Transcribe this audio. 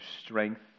strength